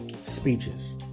speeches